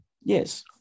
Yes